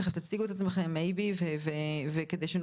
תכף תציגו את עצמכם,